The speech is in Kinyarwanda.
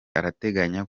arateganya